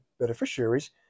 beneficiaries